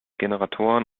generatoren